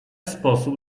sposób